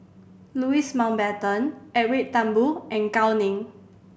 Louis Mountbatten Edwin Thumboo and Gao Ning